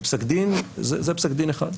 זה פסק דין אחד.